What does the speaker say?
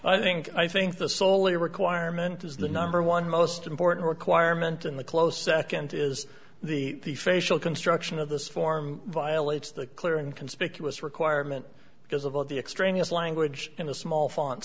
i think i think the soli requirement is the number one most important requirement in the close second is the facial construction of this form violates the clear and conspicuous requirement because of all the extraneous language in a small fon